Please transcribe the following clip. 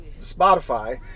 Spotify